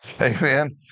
Amen